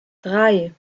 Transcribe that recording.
drei